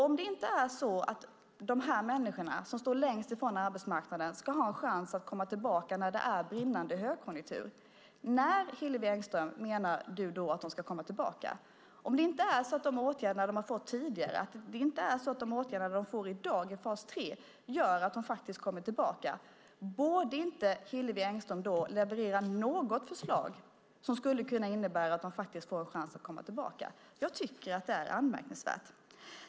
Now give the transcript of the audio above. Om inte de människor som står längst ifrån arbetsmarknaden har en chans att komma tillbaka när det är brinnande högkonjunktur, när menar du då, Hillevi Engström, att de ska komma tillbaka? Om inte de åtgärder de får del av i fas 3 i dag gör att de faktiskt kommer tillbaka, borde inte Hillevi Engström då leverera något förslag som skulle kunna innebära att de fick en chans att komma tillbaka? Jag tycker att det hela är anmärkningsvärt.